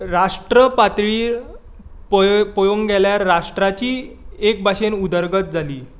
राष्ट्र पातळीर पळय पळोवंक गेल्यार राष्ट्राची एक भाशेन उदरगत जाली